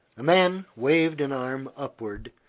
the man waved an arm upward,